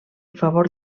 favor